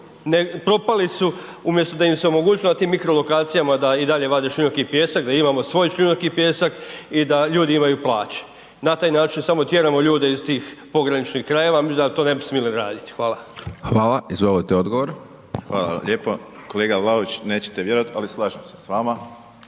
propali su umjesto da ime omogućilo na tim mikrolokacijama da i dalje vade šljunak i pijesak, da imamo svoj šljunak i pijesak i da ljudi imaju plaće. Na taj način samo tjeramo ljude iz tih pograničnih krajeva, mislim da to ne bi smjeli raditi. Hvala. **Hajdaš Dončić, Siniša (SDP)** Hvala. Izvolite odgovor. **Borić, Josip (HDZ)** Hvala lijepo. Kolega Vlaović nećete vjerovati ali slažem se s vama